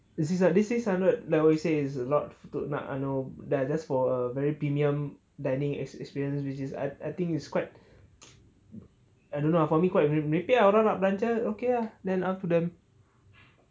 this is a this six hundred like what you say is a lot untuk nak anuh dah just for a very premium dining experience which is I think it's quite I don't know for me quite ri~ merepek ah orang nak belanja then up to them